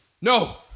No